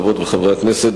חברות וחברי הכנסת,